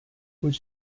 would